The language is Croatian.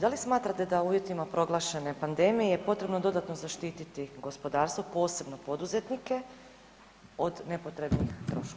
Da li smatrate da u uvjetima proglašene pandemije potrebno dodatno zaštiti gospodarstvo, posebno poduzetnike od nepotrebnih troškova?